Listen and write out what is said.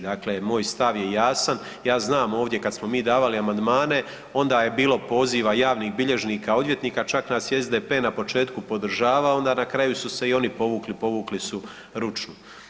Dakle, moj stav je jasan, ja znam ovdje kad smo mi davali amandmane, onda je bilo poziva javnih bilježnika, odvjetnika čak je SDP na početku podržavao a onda na kraju su se oni povukli, povukli su ručnu.